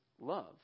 love